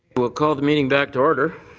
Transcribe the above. but call the meeting back to order.